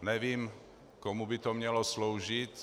Nevím, komu by to mělo sloužit.